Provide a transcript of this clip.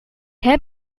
heb